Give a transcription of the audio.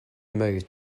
moved